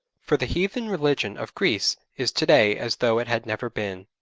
for the heathen religion of greece is to-day as though it had never been.